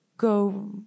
go